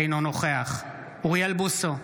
אינו נוכח אוריאל בוסו,